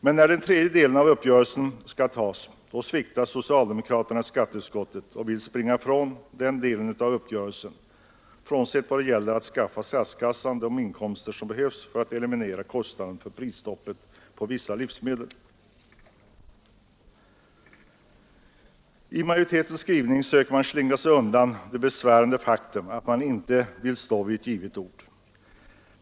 Men när beslut skall fattas om den tredje punkten i uppgörelsen sviktar socialdemokraterna i skatteutskottet och vill springa ifrån den delen av uppgörelsen — frånsett vad gäller att skaffa statskassan de inkomster som behövs för att täcka kostnaderna för prisstoppet på vissa livsmedel. I majoritetens skrivning söker man slingra sig undan det besvärande faktum att man inte vill stå fast vid sitt givna ord.